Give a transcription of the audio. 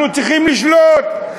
אנחנו צריכים לשלוט,